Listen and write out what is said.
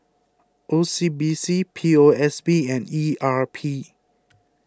O C B C P O S B and E R P